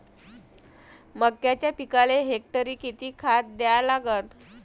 मक्याच्या पिकाले हेक्टरी किती खात द्या लागन?